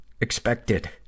expected